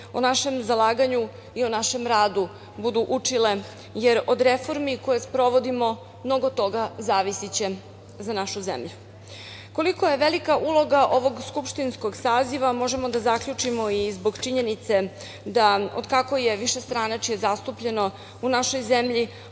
o našem zalaganju i o našem radu budu učile, jer od reformi koje sprovodimo mnogo toga zavisiće za našu zemlju. Koliko je velika uloga ovog skupštinskog saziva možemo da zaključimo i zbog činjenice da se, od kako je višestranačje zastupljeno u našoj zemlji